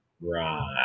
Right